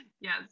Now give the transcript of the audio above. yes